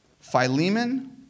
Philemon